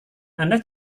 anda